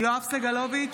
יואב סגלוביץ'